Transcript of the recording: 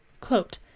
Quote